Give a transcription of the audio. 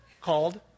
called